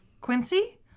Quincy